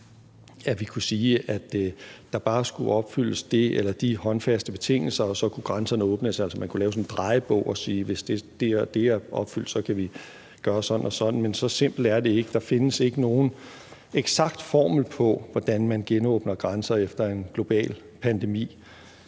at vi kunne sige, at der bare skulle opfyldes det eller de håndfaste betingelser, og så kunne grænserne åbnes, at man altså kunne lave sådan en drejebog, hvor man siger, at hvis det og det er opfyldt, kan vi gøre sådan og sådan, men så simpelt er det ikke. Der findes ikke nogen eksakt formel på, hvordan man genåbner grænser efter en global pandemi